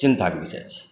चिन्ताक विषय छी